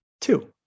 two